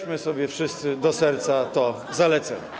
Weźmy sobie wszyscy do serca to zalecenie.